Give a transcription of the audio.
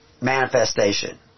manifestation